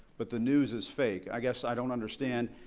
but the news is fake. i guess i don't understand.